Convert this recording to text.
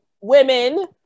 women